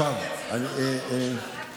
זהו.